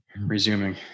Resuming